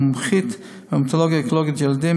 מומחית בהמטו-אונקולוגיה ילדים,